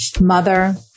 mother